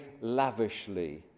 lavishly